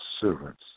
servants